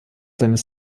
seines